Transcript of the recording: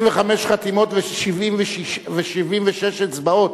יש פה 75 חתימות ו-76 אצבעות,